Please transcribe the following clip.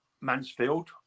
mansfield